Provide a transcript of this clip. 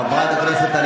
--- חברי הכנסת.